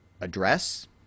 address